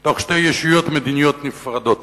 תוך שתי ישויות מדיניות נפרדות.